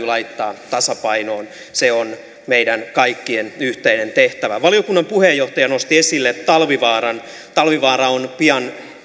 laittaa tasapainoon se on meidän kaikkien yhteinen tehtävä valiokunnan puheenjohtaja nosti esille talvivaaran talvivaara on pian